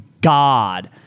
God